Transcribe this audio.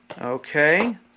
Okay